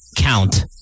count